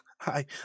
hi